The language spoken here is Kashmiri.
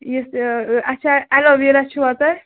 یُس یہِ اچھا الوٗویرا چھُوا تۅہہِ